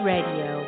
Radio